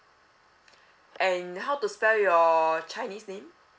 and how to spell your chinese name